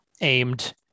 aimed